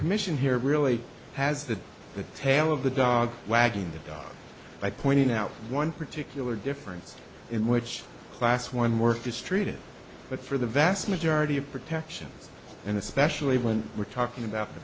commission here really has the the tail of the dog wagging the dog by pointing out one particular difference in which class one work is treated but for the vast majority of protections and especially when we're talking about the